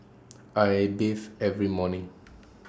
I bathe every morning